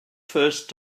first